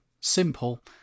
Simple